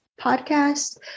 podcast